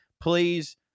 please